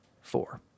four